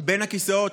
בין הכיסאות.